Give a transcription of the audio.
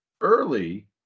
early